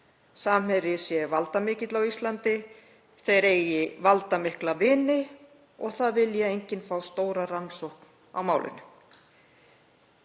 Samherji sé valdamikill á Íslandi, þeir eigi valdamikla vini og það vilji enginn fá stóra rannsókn á málinu.